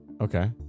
Okay